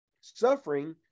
suffering